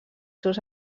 seus